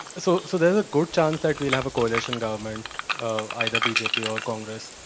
so so there's a good chance that we'll have a coalition government, either bjp yeah or congress.